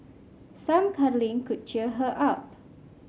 some cuddling could cheer her up